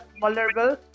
vulnerable